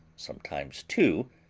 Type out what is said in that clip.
sometimes two,